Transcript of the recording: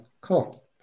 cool